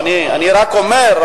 אני רק אומר,